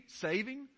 saving